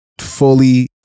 fully